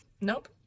Nope